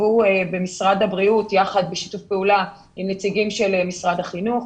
שכתבו במשרד הבריאות יחד עם נציגי משרד החינוך.